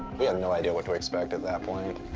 we had no idea what to expect at that point.